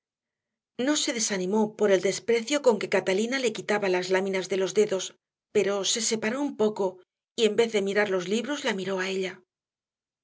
no se desanimó por el desprecio con que catalina le quitaba las láminas de los dedos pero se separó un poco y en vez de mirar los libros la miró a ella